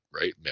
right